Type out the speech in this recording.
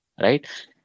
right